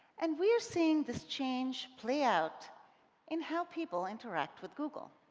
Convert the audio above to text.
and we are seeing this change play out in how people interact with google